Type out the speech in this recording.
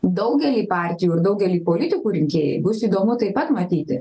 daugelį partijų ir daugelį politikų rinkėjai bus įdomu taip pat matyti